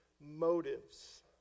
motives